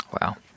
Wow